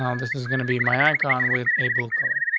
um this is gonna be my icon with able color.